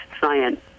science